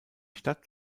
stadt